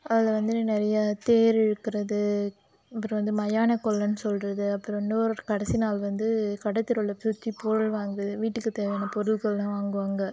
அதில் வந்துட்டு நிறைய தேர் இழுக்கிறது அப்புறம் வந்து மயான கொள்ளைன்னு சொல்வது அப்புறம் இன்னொரு கடைசி நாள் வந்து கடை தெருவில் போய் தி பொருள் வாங்குவது வீட்டுக்கு தேவையான பொருள்களெலாம் வாங்குவாங்க